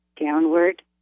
downward